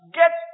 get